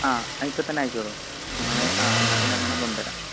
ആ ഇപ്പോൾത്തന്നെ അയച്ചോളൂ ഞങ്ങൾ ആ എന്നാൽപ്പിന്നെ അങ്ങനെ കൊണ്ടുവരാം